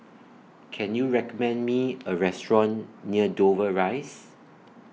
Can YOU recommend Me A Restaurant near Dover Rise